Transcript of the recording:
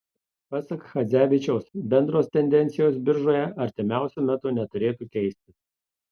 pasak chadzevičiaus bendros tendencijos biržoje artimiausiu metu neturėtų keistis